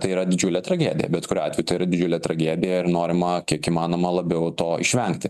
tai yra didžiulė tragedija bet kuriuo atveju tai yra didžiulė tragedija ir norima kiek įmanoma labiau to išvengti